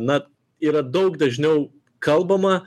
na yra daug dažniau kalbama